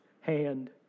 hand